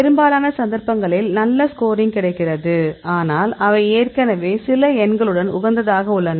பெரும்பாலான சந்தர்ப்பங்களில் நல்ல ஸ்கோரிங் கிடைக்கிறது ஆனால் அவை ஏற்கனவே சில எண்களுடன் உகந்ததாக உள்ளன